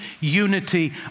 unity